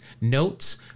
notes